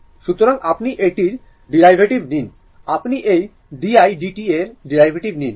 সুতরাং আপনি এটির ডেরিভেটিভ নিন আপনি এই d i d t এর ডেরিভেটিভ নিন